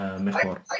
mejor